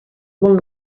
molt